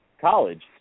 college